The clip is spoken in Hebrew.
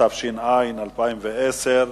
התש"ע 2010,